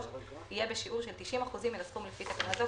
יהיה בשיעור של 85% מן הסכום לפי תקנה זו,